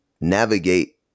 navigate